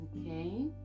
Okay